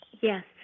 yes